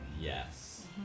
Yes